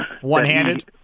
One-handed